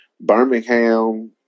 Birmingham –